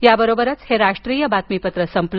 याबरोबरच हे राष्ट्रीय बातमीपत्र संपलं